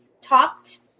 talked